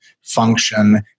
function